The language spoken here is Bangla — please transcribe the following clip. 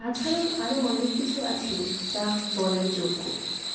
তাছাড়াও আরও অনেক কিছু আছে যা বলার যোগ্য